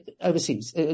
Overseas